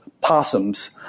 possums